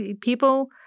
people